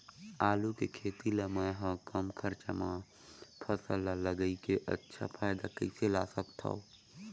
आलू के खेती ला मै ह कम खरचा मा फसल ला लगई के अच्छा फायदा कइसे ला सकथव?